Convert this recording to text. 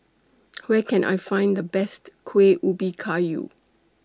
Where Can I Find The Best Kuih Ubi Kayu